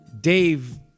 Dave